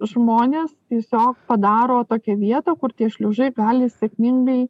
žmonės tiesiog padaro tokią vietą kur tie šliužai gali sėkmingai